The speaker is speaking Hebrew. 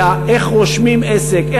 כדי לאפשר להם חינוך לעסקים.